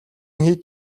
хийж